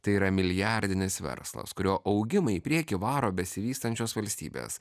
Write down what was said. tai yra milijardinis verslas kurio augimą į priekį varo besivystančios valstybės